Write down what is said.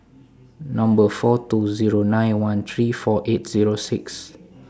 Number four two Zero nine one three four eight Zero six